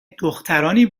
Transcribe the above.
دخترانی